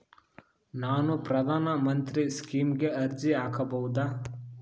ನಾನು ಪ್ರಧಾನ ಮಂತ್ರಿ ಸ್ಕೇಮಿಗೆ ಅರ್ಜಿ ಹಾಕಬಹುದಾ?